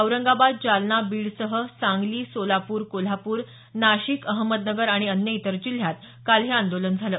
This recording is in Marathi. औरंगाबाद जालना बीडसह सांगली सोलापूर कोल्हापूर नाशिक अहमदनगर आणि अन्य इतर जिल्ह्यात काल हे आंदोलन झालं